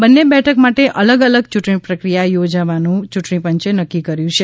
બંને બેઠક માટે અલગ અલગ યૂંટણી પ્રક્રિયા યોજવાનું યૂંટણી પંચે નક્કી કર્યું છે